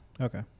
okay